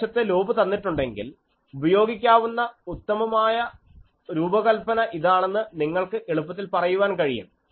ഒരു വശത്തെ ലോബ് തന്നിട്ടുണ്ടെങ്കിൽ ഉപയോഗിക്കാവുന്ന ഉത്തമമായ രൂപകല്പന ഇതാണെന്ന് നിങ്ങൾക്ക് എളുപ്പത്തിൽ പറയുവാൻ കഴിയും